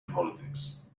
politics